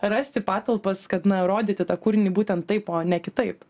rasti patalpas kad na rodyti tą kūrinį būtent taip o ne kitaip